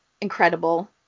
incredible